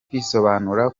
kwisobanura